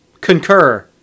concur